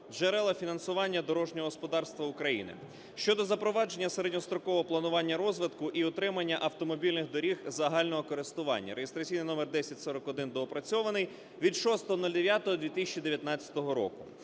джерела фінансування дорожнього господарства України" (щодо запровадження середньострокового планування розвитку і утримання автомобільних доріг загального користування) (реєстраційний номер 1041) (доопрацьований) від 06.09.2019 року.